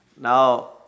Now